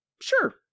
sure